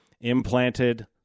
implanted